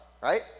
right